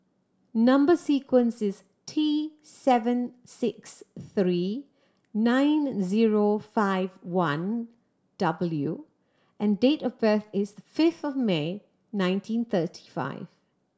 number sequence is T seven six three nine zero five one W and date of birth is fifth May nineteen thirty five